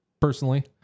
personally